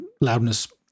loudness